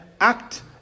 act